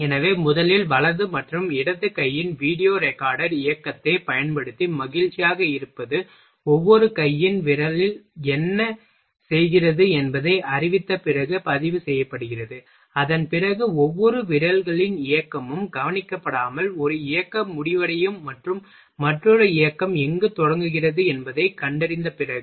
எனவே முதலில் வலது மற்றும் இடது கையின் வீடியோ ரெக்கார்டர் இயக்கத்தைப் பயன்படுத்தி மகிழ்ச்சியாக இருப்பது ஒவ்வொரு கையின் விரல் என்ன செய்கிறது என்பதை அறிவித்த பிறகு பதிவு செய்யப்படுகிறது அதன் பிறகு ஒவ்வொரு விரல்களின் இயக்கமும் கவனிக்கப்படாமல் ஒரு இயக்கம் முடிவடையும் மற்றும் மற்றொரு இயக்கம் எங்கு தொடங்குகிறது என்பதைக் கண்டறிந்த பிறகு